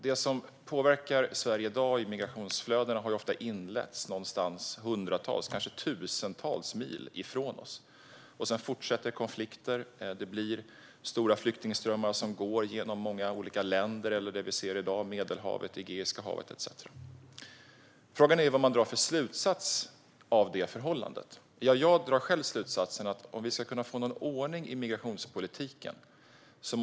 Det som påverkar Sverige i migrationsflödena i dag har ju ofta inletts någonstans hundratals, kanske tusentals, mil ifrån oss. Sedan fortsätter konflikterna, och det blir stora flyktingströmmar som går genom många olika länder eller - som vi ser i dag - över Medelhavet och Egeiska havet etcetera. Frågan är vad man drar för slutsats av det förhållandet. Jag drar själv slutsatsen att vi måste samarbeta med andra om vi ska kunna få någon ordning i migrationspolitiken.